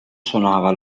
suonava